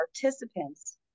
participants